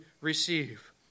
receive